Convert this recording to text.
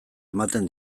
ematen